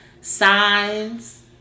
signs